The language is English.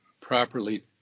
properly